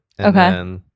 Okay